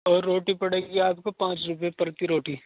اور روٹی پڑے گی آپ کو پانچ روپئے پر کی روٹی